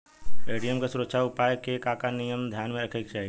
ATM के सुरक्षा उपाय के का का नियम ध्यान में रखे के चाहीं?